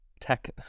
tech